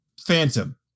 Phantom